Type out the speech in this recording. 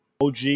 OG